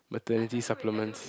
maternity supplements